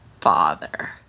father